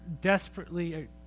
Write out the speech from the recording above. desperately